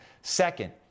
Second